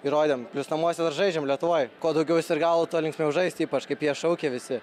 įrodėm plius namuose dar žaidžiam lietuvoj kuo daugiau sirgalų tuo linksmiau žaist ypač kaip jie šaukia visi